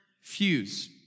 fuse